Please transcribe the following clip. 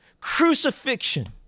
Crucifixion